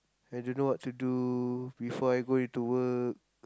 I don't know what to do before I go into work